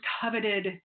coveted